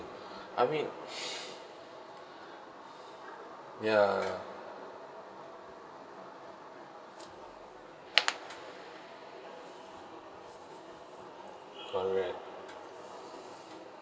I mean ya correct